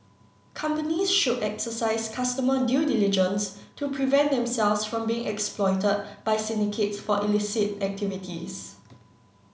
companies should exercise customer due diligence to prevent themselves from being exploited by syndicates for illicit activities